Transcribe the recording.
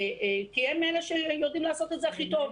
כי הם אלה שיודעים לעשות את זה הכי טוב,